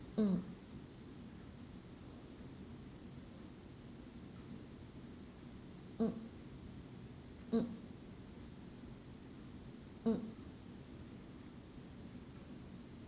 mm mm mm mm